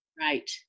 Right